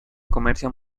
comercio